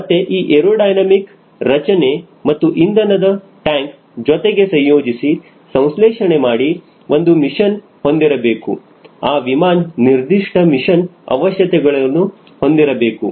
ಮತ್ತೆ ಈ ಏರೋಡೈನಮಿಕ್ ರಚನೆ ಮತ್ತು ಇಂಧನದ ಟ್ಯಾಂಕ್ ಜೊತೆಗೆ ಸಂಯೋಜಿಸಿ ಸಂಸ್ಲೇಷಣೆ ಮಾಡಿ ಒಂದೇ ಮಿಷನ್ ಹೊಂದಿರಬೇಕು ಆ ವಿಮಾನ ನಿರ್ದಿಷ್ಟ ಮಿಷನ್ ಅವಶ್ಯಕತೆಗಳು ಹೊಂದಿರಬೇಕು